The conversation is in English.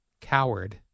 Coward